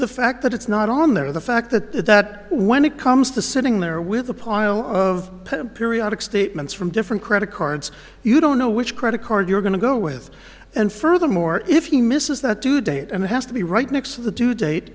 the fact that it's not on there the fact that when it comes to sitting there with a pile of periodic statements from different credit cards you don't know which credit card you're going to go with and furthermore if he misses that due date and has to be right next to the due date